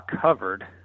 covered